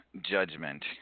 Judgment